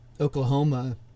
Oklahoma